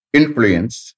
influence